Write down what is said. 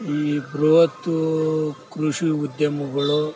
ಈ ಬೃಹತ್ ಕೃಷಿ ಉದ್ಯಮಗಳು